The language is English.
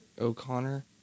O'Connor